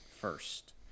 first